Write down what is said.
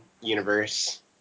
Universe